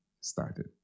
started